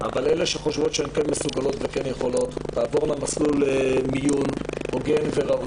אבל אלה שחושבות שהן כן מסוגלות ויכולות תעבורנה מסלול מיון הוגן וראוי.